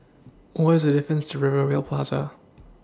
What IS The distance to Rivervale Plaza